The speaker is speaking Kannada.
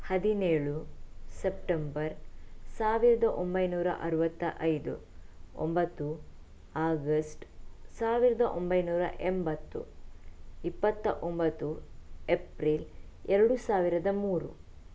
ಹದಿನೇಳು ಸೆಪ್ಟೆಂಬರ್ ಸಾವಿರದ ಒಂಬೈನೂರ ಅರುವತ್ತ ಐದು ಒಂಬತ್ತು ಆಗಸ್ಟ್ ಸಾವಿರದ ಒಂಬೈನೂರ ಎಂಬತ್ತು ಇಪ್ಪತ್ತ ಒಂಬತ್ತು ಎಪ್ರಿಲ್ ಎರಡು ಸಾವಿರದ ಮೂರು